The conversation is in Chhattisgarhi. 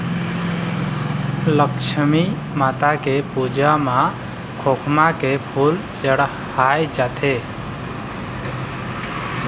लक्छमी माता के पूजा म खोखमा के फूल चड़हाय जाथे